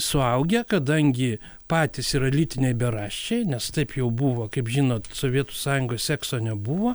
suaugę kadangi patys yra lytiniai beraščiai nes taip jau buvo kaip žinot sovietų sąjungoj sekso nebuvo